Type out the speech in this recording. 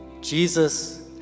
Jesus